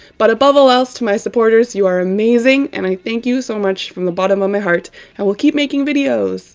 but above all else, to my supporters, you are amazing and i thank you so much from the bottom of my heart i will keep making videos!